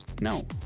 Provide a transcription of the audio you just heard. No